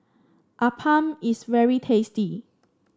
appam is very tasty